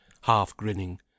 half-grinning